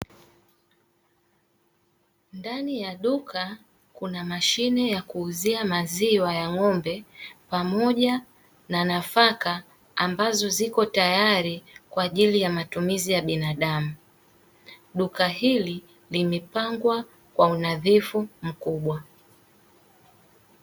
Ndani ya duka kuna mashine ya kuuzia maziwa ya ng'ombe pamoja na nafaka ambazo ziko tayari kwa ajili ya matumizi ya binadamu. Duka hili limepangwa kwa unadhifu mkubwa.